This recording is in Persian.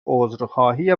عذرخواهی